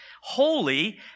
Holy